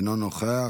אינו נוכח,